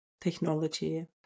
technology